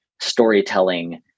storytelling